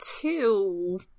two